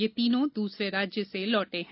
यह तीनों दूसरे राज्य से लौटे हैं